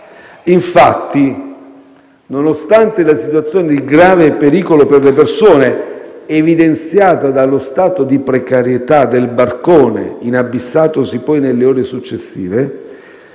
Infatti, nonostante la situazione di grave pericolo per le persone - evidenziata dallo stato di precarietà del barcone, inabissatosi poi nelle ore successive